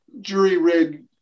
jury-rig